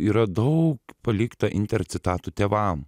yra daug palikta inter citatų tėvam